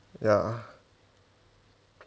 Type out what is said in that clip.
ya